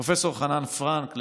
פרופ' חנן פרנק,